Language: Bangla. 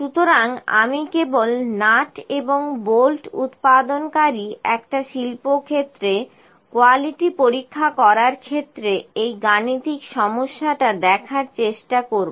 সুতরাং আমি কেবল নাট এবং বোল্ট উৎপাদনকারী একটা শিল্পক্ষেত্রে কোয়ালিটি পরীক্ষা করার ক্ষেত্রে এই গাণিতিক সমস্যাটা দেখার চেষ্টা করব